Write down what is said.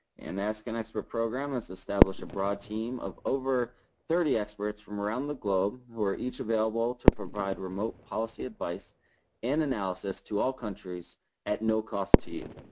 and ask an expert program has established a broad team of over thirty experts from around the globe who are each available to provide remote policy advice and analysis to all countries at no cost to you.